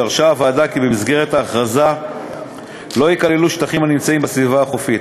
דרשה הוועדה כי במסגרת ההכרזה לא ייכללו שטחים הנמצאים בסביבה החופית,